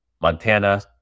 Montana